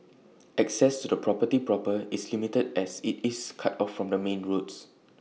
access to the property proper is limited as IT is cut off from the main roads